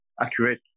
accurate